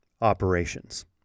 operations